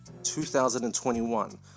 2021